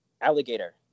alligator